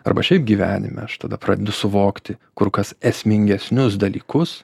arba šiaip gyvenime aš tada pradedu suvokti kur kas esmingesnius dalykus